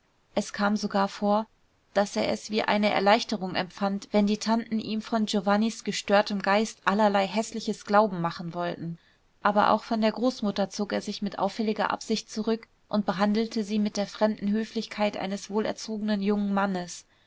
es kam sogar vor daß er es wie eine erleichterung empfand wenn die tanten ihm von giovannis gestörtem geist allerlei häßliches glauben machen wollten aber auch von der großmutter zog er sich mit auffälliger absicht zurück und behandelte sie mit der fremden höflichkeit eines wohlerzogenen jungen mannes